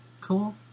Cool